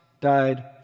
died